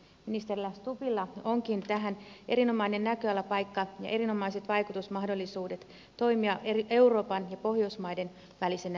ministeri stubbilla onkin tähän erinomainen näköalapaikka ja erinomaiset vaikutusmahdollisuudet toimia euroopan ja pohjoismaiden välisenä linkkinä